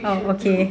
oh okay